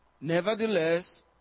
Nevertheless